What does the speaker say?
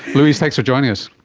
louise, thanks for joining us.